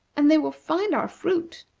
and they will find our fruit.